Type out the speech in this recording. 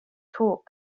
talk